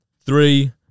three